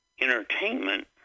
entertainment